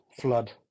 flood